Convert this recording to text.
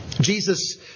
Jesus